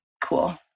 cool